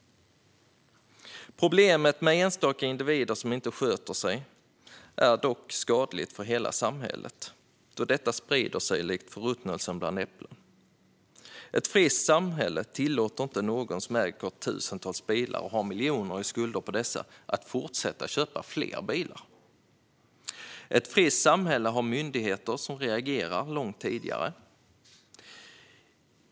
Problemet med enstaka individer som inte sköter sig är dock skadligt för hela samhället, då detta sprider sig likt förruttnelse bland äpplen. Ett friskt samhälle tillåter inte någon som äger tusentals bilar och har miljoner i skuld på dessa att fortsätta köpa fler bilar. Ett friskt samhälle har myndigheter som reagerar långt tidigare.